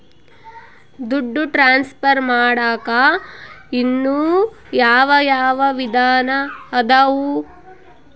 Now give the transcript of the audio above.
ದುಡ್ಡು ಟ್ರಾನ್ಸ್ಫರ್ ಮಾಡಾಕ ಇನ್ನೂ ಯಾವ ಯಾವ ವಿಧಾನ ಅದವು?